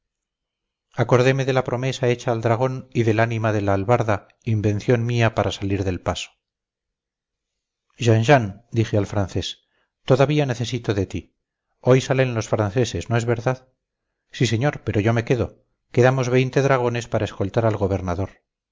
de la promesa hecha al dragón y del ánima de la albarda invención mía para salir del paso jean jean dije al francés todavía necesito de ti hoy salen los franceses no es verdad sí señor pero yo me quedo quedamos veinte dragones para escoltar al gobernador